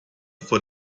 vor